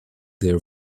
their